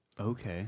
Okay